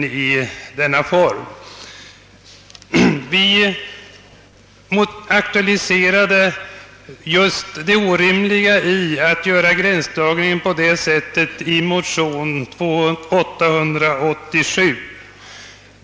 Vi har i motion II:887 aktualiserat just det orimliga i att göra gränsdragningen på det sättet.